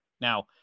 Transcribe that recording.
Now